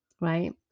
right